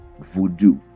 voodoo